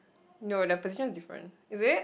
no their position is different is it